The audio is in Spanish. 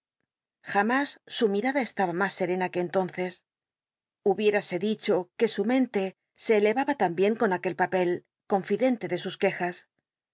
jamás su mi rada estaba mas serena que entonces hubiérase dicho que su mente se eleaba t ambien con aquel papel confidente de sus quejas